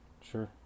sure